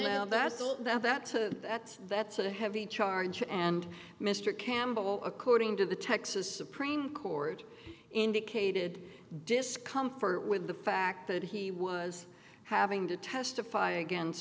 now that's that that that that's a heavy charge and mr campbell according to the texas supreme court indicated discomfort with the fact that he was having to testify against